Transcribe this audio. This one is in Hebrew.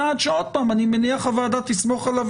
צעד שעוד פעם אני מניח שהוועדה תסמוך עליו